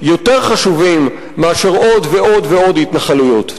יותר חשובים מאשר עוד ועוד ועוד התנחלויות.